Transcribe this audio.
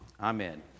Amen